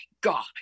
god